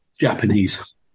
Japanese